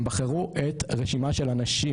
הם בחרו את רשימה של אנשים.